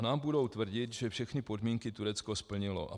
Nám budou tvrdit, že všechny podmínky Turecko splnilo.